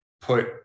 put